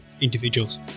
individuals